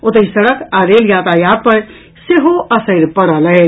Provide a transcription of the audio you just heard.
ओतहि सड़क आ रेल यातायात पर सेहो असरि पड़ल अछि